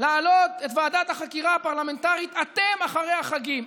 אתם להעלות את ועדת החקירה הפרלמנטרית אחרי החגים.